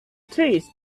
trees